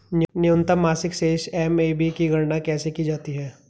न्यूनतम मासिक शेष एम.ए.बी की गणना कैसे की जाती है?